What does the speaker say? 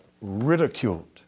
ridiculed